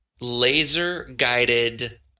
laser-guided